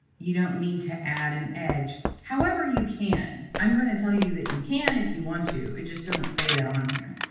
you don't need to add an edge. however, you can. i'm going to tell you that you can if you want to. it just doesn't say that on here.